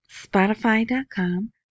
Spotify.com